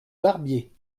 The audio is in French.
barbier